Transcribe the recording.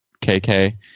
kk